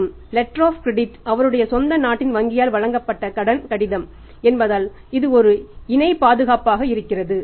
மற்றும் letter of credit அவருடைய சொந்த நாட்டின் வங்கியால் வழங்கப்பட்ட கடன் கடிதம் என்பதால் அது ஒரு இணை பாதுகாப்பாக இருக்கிறது